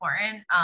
important